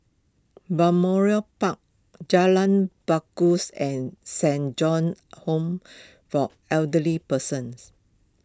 Balmoral Park Jalan Bangaus and Saint John's Home for Elderly Persons